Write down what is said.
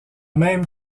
même